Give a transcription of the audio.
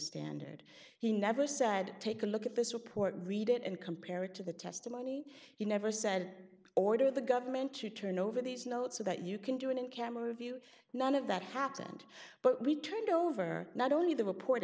standard he never said take a look at this report read it and compare it to the testimony he never said order the government to turn over these notes so that you can do it in camera view none of that happened but we turned over not only the report